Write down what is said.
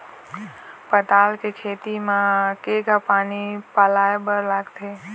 पताल के खेती म केघा पानी पलोए बर लागथे?